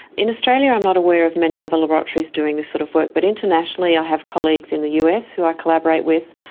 in australia i'm not aware of many other laboratories doing this sort of work, but internationally i have colleagues in the us who i collaborate with,